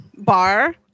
bar